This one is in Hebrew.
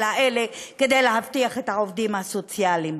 האלה כדי לאבטח את העובדים הסוציאליים.